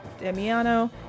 Damiano